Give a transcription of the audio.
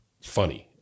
funny